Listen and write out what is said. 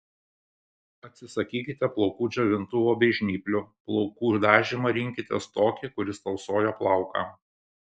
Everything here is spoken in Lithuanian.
atsisakykite plaukų džiovintuvo bei žnyplių plaukų dažymą rinkitės tokį kuris tausoja plauką